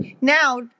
now